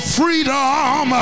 freedom